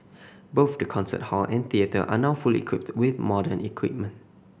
both the concert hall and theatre are now fully equipped with modern equipment